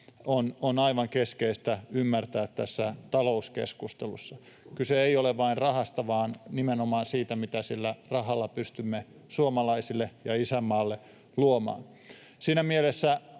on aivan keskeistä ymmärtää tässä talouskeskustelussa. Kyse ei ole vain rahasta, vaan nimenomaan siitä, mitä sillä rahalla pystymme suomalaisille ja isänmaalle luomaan. Siinä mielessä